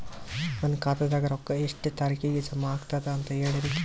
ನನ್ನ ಖಾತಾದಾಗ ರೊಕ್ಕ ಎಷ್ಟ ತಾರೀಖಿಗೆ ಜಮಾ ಆಗತದ ದ ಅಂತ ಹೇಳರಿ?